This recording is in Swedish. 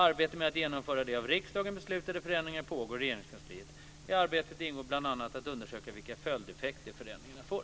Arbetet med att genomföra de av riksdagen beslutade förändringarna pågår i Regeringskansliet. I arbetet ingår bl.a. att undersöka vilka följdeffekter förändringarna får.